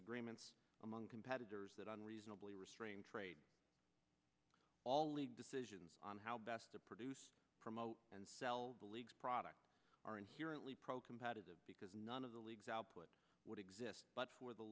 agreements among competitors that unreasonably restrained all league decisions on how best to produce promote and sell the league's product are inherently pro competitive because none of the leagues output would exist but for the